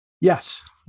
Yes